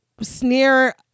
sneer